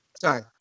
Sorry